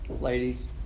ladies